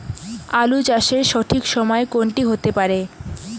আলু চাষের সঠিক সময় কোন টি হতে পারে?